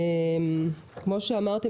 כמו שאמרתי,